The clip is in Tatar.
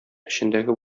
эчендәге